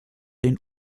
den